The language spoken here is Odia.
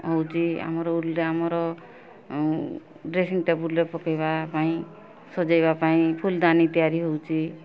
ହଉଛି ଆମର ଉଲ୍ରେ ଆମର ଡ୍ରେସିଂ ଟେବୁଲ୍ରେ ପକେଇବା ପାଇଁ ସଜେଇବା ପାଇଁ ଫୁଲଦାନୀ ତିଆରି ହଉଛି